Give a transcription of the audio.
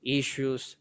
issues